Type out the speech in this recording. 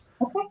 Okay